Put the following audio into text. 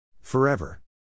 Forever